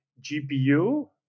GPU